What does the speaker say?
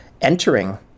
entering